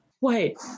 wait